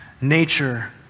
Nature